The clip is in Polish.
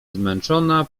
zmęczona